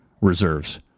reserves